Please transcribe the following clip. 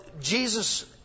Jesus